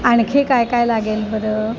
आणखी काय काय लागेल बरं